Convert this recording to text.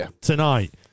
Tonight